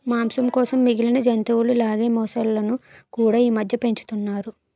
మాంసం కోసం మిగిలిన జంతువుల లాగే మొసళ్ళును కూడా ఈమధ్య పెంచుతున్నారు